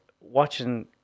watching